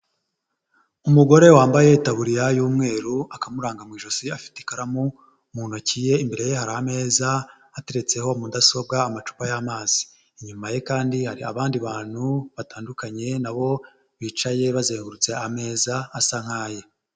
Umugore wambaye itaburiya y'umweru, akamuranga mu ijosi, afite ikaramu mu ntoki ye imbere ye hari ameza ateretseho mudasobwa , amacupa y'amazi, inyuma ye kandi hari abandi bantu batandukanye na bo bicaye bazengurutse ameza asa nkaye.